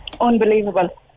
Unbelievable